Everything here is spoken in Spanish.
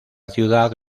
ciudad